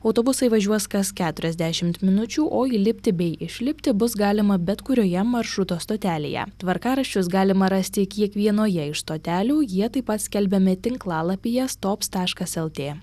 autobusai važiuos kas keturiasdešimt minučių o įlipti bei išlipti bus galima bet kurioje maršruto stotelėje tvarkaraščius galima rasti kiekvienoje iš stotelių jie taip pat skelbiami tinklalapyje stops taškas lt